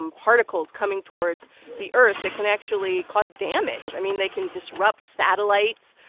um particles coming towards the earth that can actually cause damage. i mean, they can disrupt satellites,